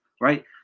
right